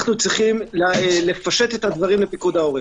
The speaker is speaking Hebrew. אנחנו צריכים לפשט את הדברים לפיקוד העורף,